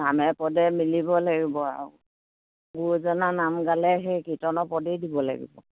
নামে পদে মিলিব লাগিব আৰু গুৰুজনা নাম গালে সেই কীৰ্তনৰ পদেই দিব লাগিব